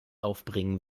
aufbringen